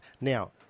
Now